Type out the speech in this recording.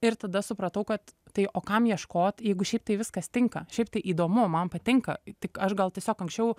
ir tada supratau kad tai o kam ieškot jeigu šiaip tai viskas tinka šiaip tai įdomu man patinka tik aš gal tiesiog anksčiau